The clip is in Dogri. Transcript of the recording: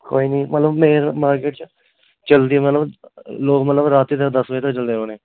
कोई निं मतलब मेन मारकिट च चलदी मतलब लोक मतलब रातीं दस्स बजे तक्कर चलदे रौह्ने